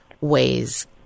ways